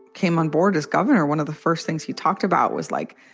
came on board as governor, one of the first things he talked about was like,